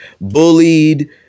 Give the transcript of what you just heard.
bullied